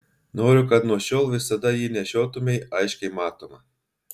noriu kad nuo šiol visada jį nešiotumei aiškiai matomą